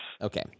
Okay